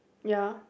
ya